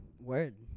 Word